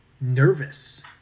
nervous